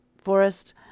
forest